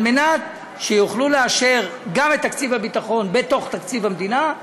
כדי שיוכלו לאשר גם את תקציב הביטחון בתוך תקציב המדינה,